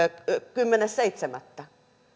kymmenes seitsemättä